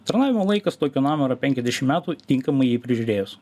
tarnavimo laikas tokio namo yra penkiadešim metų tinkamai jį prižiūrėjus